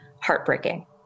heartbreaking